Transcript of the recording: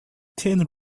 thin